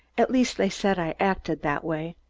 at least they said i acted that way.